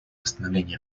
восстановления